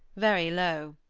very low.